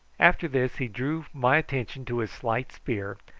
after this he drew my attention to his slight spear,